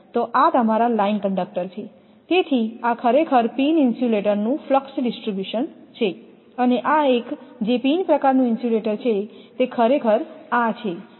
તો આ તમારા લાઇન કંડક્ટર છે તેથી આ ખરેખર પિન ઇન્સ્યુલેટરનું ફ્લક્ષ ડિસ્ટ્રીબ્યુશન છે અને આ એક જે પિન પ્રકારનું ઇન્સ્યુલેટર છે તે ખરેખર આ છે આને ખરેખર રેઇન શેડ કહે છે